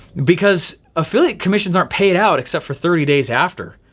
because affiliate commission's aren't paid out except for thirty days after.